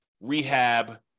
rehab